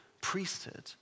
priesthood